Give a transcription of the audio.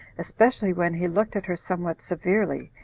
especially when he looked at her somewhat severely,